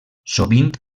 sovint